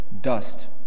dust